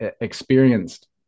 experienced